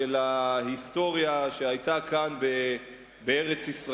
של ההיסטוריה שהיתה כאן בארץ-ישראל,